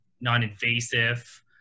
non-invasive